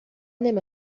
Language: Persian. نمی